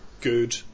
Good